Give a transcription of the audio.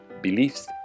beliefs